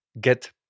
get